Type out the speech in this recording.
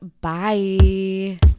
Bye